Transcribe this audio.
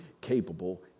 capable